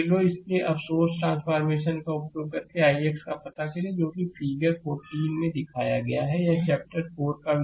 इसलिए अब source transformation का उपयोग करके ixका पता करें जो कि फिगर 14 के सर्किट में दिखाया गया है कि यह चैप्टर 4 का विषय है